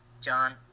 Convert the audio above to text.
John